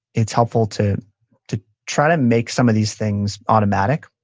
it's helpful to to try to make some of these things automatic.